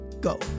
go